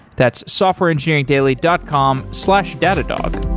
that's softwareengineeringdaily dot com slash datadog.